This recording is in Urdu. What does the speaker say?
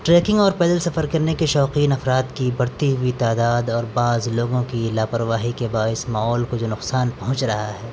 ٹریکنگ اور پیدل سفر کرنے کے شوقین افراد کی بڑھتی ہوئی تعداد اور بعض لوگوں کی لاپرواہی کے باعث ماحول کو جو نقصان پہنچ رہا ہے